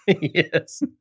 Yes